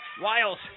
Wiles